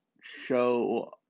show